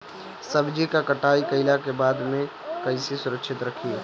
सब्जी क कटाई कईला के बाद में कईसे सुरक्षित रखीं?